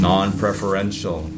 Non-preferential